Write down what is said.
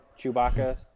Chewbacca